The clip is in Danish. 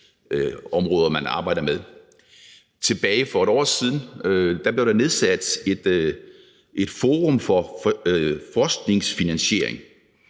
man arbejder med? For et år siden blev der nedsat et Forum for Forskningsfinansiering